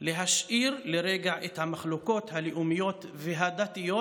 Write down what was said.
להשאיר לרגע את המחלוקות הלאומיות והדתיות,